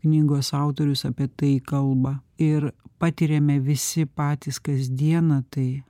knygos autorius apie tai kalba ir patiriame visi patys kasdieną tai